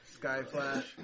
Skyflash